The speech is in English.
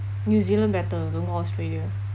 new zealand better don't go australia